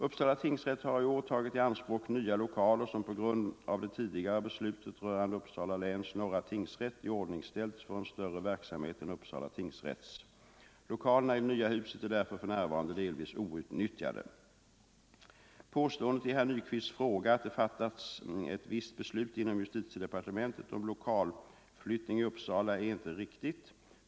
Uppsala tingsrätt har i år tagit i anspråk nya lokaler som på grund av det tidigare beslutet rörande Uppsala läns norra tingsrätt iordningställts för en större verksamhet än Uppsala tingsrätts. Lokalerna i det nya huset är därför för närvarande delvis outnyttjade. Påståendet i herr Nyquists fråga att det fattats ett visst beslut inom justitiedepartementet om lokalflyttning i Uppsala är inte riktigt.